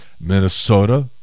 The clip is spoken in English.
Minnesota